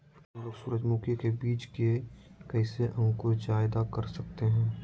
हमलोग सूरजमुखी के बिज की कैसे अंकुर जायदा कर सकते हैं?